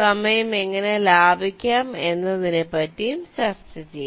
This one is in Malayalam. സമയം എങ്ങനെ ലാഭിക്കാം എന്നതിനെ പറ്റിയും ചർച്ച ചെയ്യാം